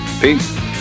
peace